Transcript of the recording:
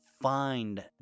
find